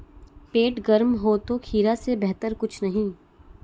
पेट गर्म हो तो खीरा से बेहतर कुछ नहीं